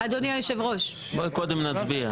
בואי קודם נצביע.